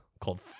called